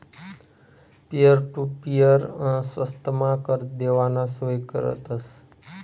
peer to peer स्वस्तमा कर्ज देवाना सोय करतस